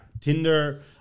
tinder